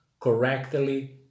correctly